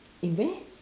in where